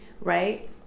right